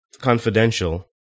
confidential